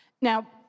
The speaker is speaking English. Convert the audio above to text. Now